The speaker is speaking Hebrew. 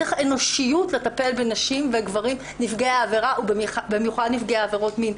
צריך אנושיות לטפל בנשים וגברים נפגעי עבירה ובמיוחד נפגעי עבירות מין.